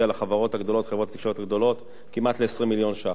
בחברות התקשורת הגדולות כמעט ל-20 מיליון ש"ח,